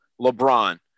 LeBron